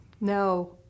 No